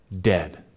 dead